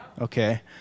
Okay